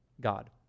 God